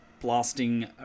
blasting